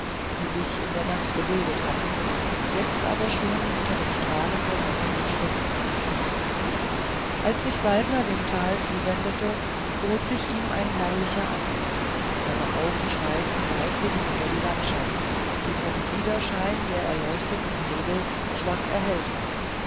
die sich in der nacht gebildet hatten jetzt aber schon unter den strahlen der sonne zu schwinden begannen als sich saltner dem tal zuwendete bot sich ihm ein herrlicher anblick sein auge schweifte weithin über die landschaft die vom widerschein der erleuchteten nebel schwach erhellt war